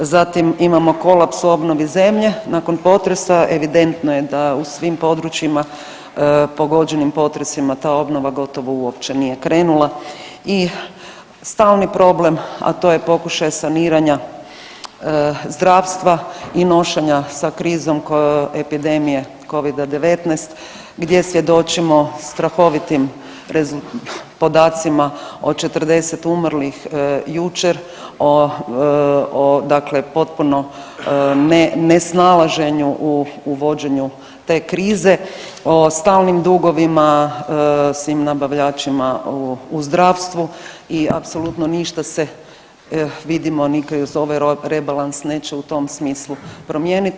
Zatim imamo kolaps u obnovi zemlje nakon potresa, evidentno je da u svim područjima pogođenim potresima ta obnova gotovo uopće nije krenula i stalni problem, a to je pokušaj saniranja zdravstva i nošenja s krizom epidemije covida-19 gdje svjedočimo strahovitim podacima o 40 umrlih jučer, o potpuno ne snalaženju u vođenju te krize, o stalnim dugovima svim nabavljačima u zdravstvu i apsolutno ništa se vidimo ni kroz ovaj rebalans neće u tom smislu promijeniti.